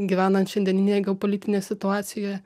gyvenant šiandieninėj geopolitinėj situacijoje